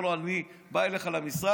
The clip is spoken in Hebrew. אומר לו: אני בא אליך למשרד.